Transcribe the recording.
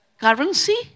currency